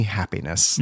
happiness